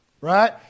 right